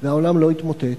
והעולם לא התמוטט